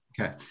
Okay